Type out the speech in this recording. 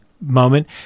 moment